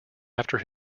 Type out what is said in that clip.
after